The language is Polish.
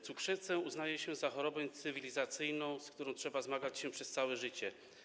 Cukrzycę uznaje się za chorobę cywilizacyjną, z którą trzeba zmagać się przez całe życie.